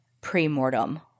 pre-mortem